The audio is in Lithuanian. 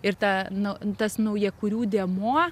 ir ta nu tas naujakurių dėmuo